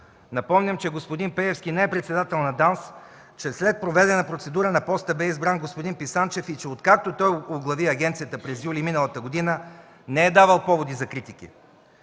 Напомням, че господин Пеевски не е председател на ДАНС, че след проведена процедура на поста бе избран господин Писанчев и че откакто той оглави агенцията през месец юли миналата година, не е давал поводи за критики.